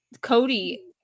Cody